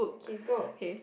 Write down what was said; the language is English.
okay go